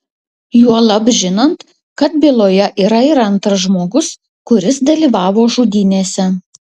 juolab žinant kad byloje yra ir antras žmogus kuris dalyvavo žudynėse